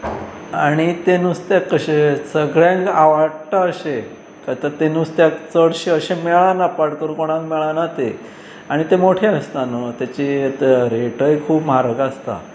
आणी तें नुस्त्याक कशें सगळ्यांक आवडटा अशें काय तर तें नुस्त्याक चडशें अशें मेळना पट करूं कोणाक मेळना तें आनी ते मोटें आसता न्हय ताची रेटय खूब म्हारग आसता